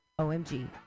OMG